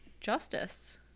justice